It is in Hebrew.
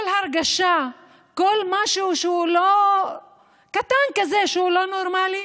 כל הרגשה, כל משהו קטן כזה שהוא לא נורמלי,